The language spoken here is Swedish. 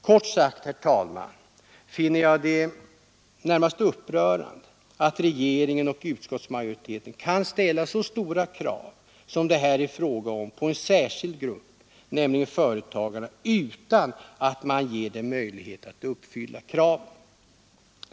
Kort sagt, herr talman, finner jag det närmast upprörande att regeringen och utskottsmajoriteten kan ställa så stora krav som det här är fråga om på en särskild grupp, företagarna, utan att man ger dem möjlighet att uppfylla kraven.